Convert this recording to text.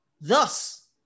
Thus